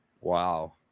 Wow